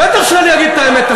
בטח שאני אגיד את האמת.